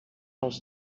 els